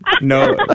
No